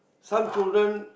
some children